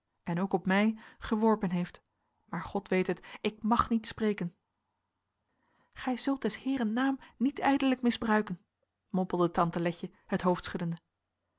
en ook op mij geworpen heeft maar god weet het ik mag niet spreken gij zult des heeren naam niet ijdelyck misbruycken mompelde tante letje het hoofd schuddende